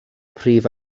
prif